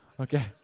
okay